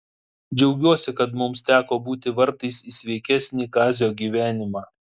džiaugiuosi kad mums teko būti vartais į sveikesnį kazio gyvenimą